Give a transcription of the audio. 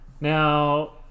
now